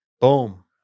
Boom